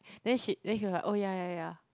then she that he was like oh ya ya ya